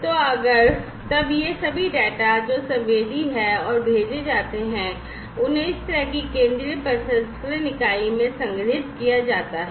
तो अगर तब ये सभी डेटा जो संवेदी हैं और भेजे जाते हैं उन्हें इस तरह की केंद्रीय प्रसंस्करण इकाई में संग्रहीत किया जाता है